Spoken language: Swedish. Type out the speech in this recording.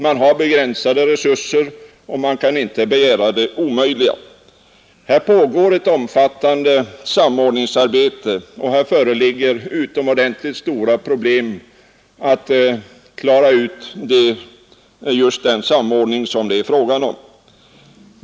Man har begränsade resurser, och ingen kan begära det omöjliga. Det pågår ett omfattande samordningsarbete, och det föreligger utomordentligt stora problem för att klara ut just den samordning som det är fråga om.